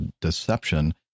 deception